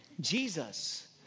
Jesus